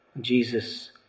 Jesus